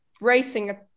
racing